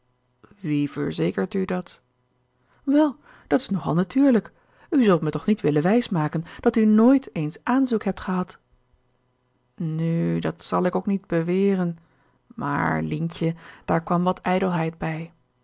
wie verzekert u dat wel dat is nog al natuurlijk u zult me toch niet willen wijs maken dat u nooit eens aanzoek hebt gehad nu dat zal ik ook niet beweren maar lientje daar kwam wat ijdelheid bij